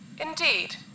Indeed